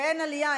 ואין עלייה,